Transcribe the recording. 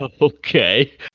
Okay